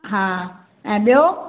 हा ऐं ॿियो